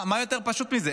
מה יותר פשוט מזה?